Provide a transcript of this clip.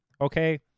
Okay